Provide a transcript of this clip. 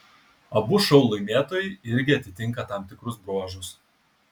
abu šou laimėtojai irgi atitinka tam tikrus bruožus